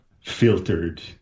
filtered